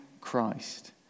Christ